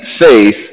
faith